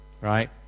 Right